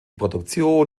produktion